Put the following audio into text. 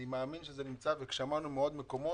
אני מאמין שזה נמצא בעוד מקומות.